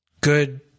good